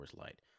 Light